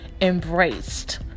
embraced